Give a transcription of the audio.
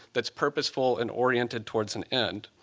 that's purposeful and oriented towards an end.